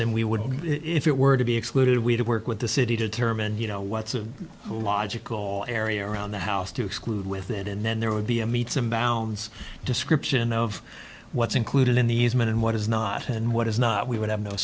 and we would if it were to be excluded we to work with the city determine you know what's a logical area around the house to exclude within and then there would be a meets and bounds description of what's included in these men and what is not and what is not we would have no